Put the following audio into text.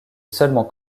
seulement